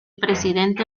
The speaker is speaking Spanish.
presidente